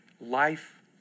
life